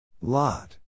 Lot